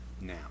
now